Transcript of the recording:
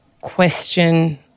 question